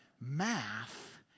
math